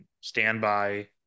standby